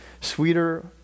Sweeter